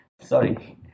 sorry